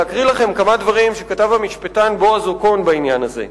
אני רוצה להקריא לכם כמה דברים שכתב המשפטן בועז אוקון בעניין הזה.